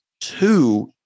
two